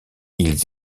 ils